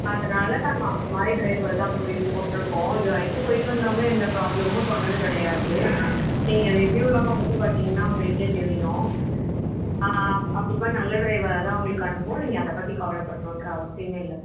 அதனால் நாங்கள் அந்தமாதிரி ட்ரைவர் தான் போய் போட்டுருக்கோம் இதுவரைக்கும் போயிட்டு வந்தவங்க எந்த ப்ராப்ளமும் சொன்னது கிடையாது நீங்கள் ரிவ்யூலாம் பார்த்தீங்கன்னா உங்களுக்கே தெரியும் கண்டிப்பாக நல்ல ட்ரைவரை தான் உங்களுக்கு அனுப்புவோம் நீங்கள் அதைப் பற்றி கவலைப்படணுன்ற அவசியமே இல்லைம்மா